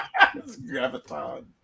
graviton